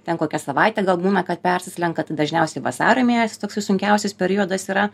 ten kokią savaitę gal būna kad persislenka tai dažniausiai vasario mėnesį toksai sunkiausias periodas yra